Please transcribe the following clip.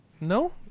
No